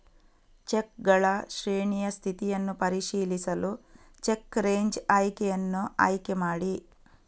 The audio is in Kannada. ಚೆಕ್ಗಳ ಶ್ರೇಣಿಯ ಸ್ಥಿತಿಯನ್ನು ಪರಿಶೀಲಿಸಲು ಚೆಕ್ ರೇಂಜ್ ಆಯ್ಕೆಯನ್ನು ಆಯ್ಕೆ ಮಾಡಿ